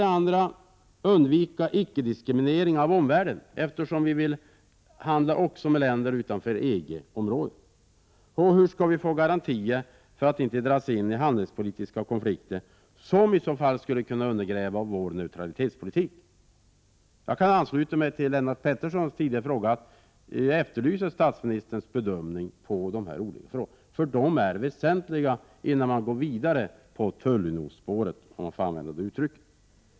Hur skall vi undvika icke-diskriminering av omvärlden, när vi också vill handla med länder utanför EG-området? Hur skall vi få garantier för att inte dras in i handelspolitiska konflikter som i så fall skulle kunna undergräva vår neutralitetspolitik? Jag ansluter till mig till Lennart Petterssons uppfattning när han efterlyser statsministerns bedömning då det gäller dessa frågor, som det är väsentligt att man löser innan man går vidare på ”tullunionsspåret”.